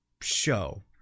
show